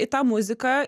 į tą muziką